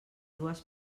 dues